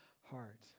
heart